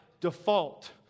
default